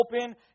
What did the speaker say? open